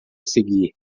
seguir